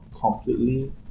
completely